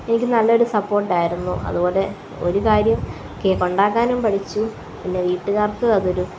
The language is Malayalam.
വീട്ടിൽ നല്ലൊരു സപ്പോർട്ടായിരുന്നു അത് പോലെ ഒരു കാര്യം കേക്കൊണ്ടാക്കാനും പഠിച്ചു പിന്നെ വീട്ടുകാർക്ക് അതൊരു